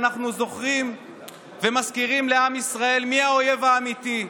אנחנו זוכרים ומזכירים לעם ישראל מי האויב האמיתי.